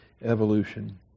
evolution